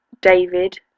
David